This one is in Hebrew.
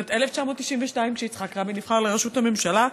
בשנת 1992, כשיצחק רבין נבחר לראשות הממשלה.